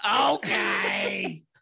Okay